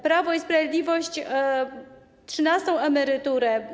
Prawo i Sprawiedliwość trzynastą emeryturę.